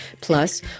Plus